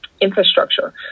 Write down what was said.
infrastructure